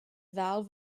ddal